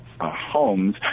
homes